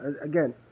again